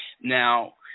Now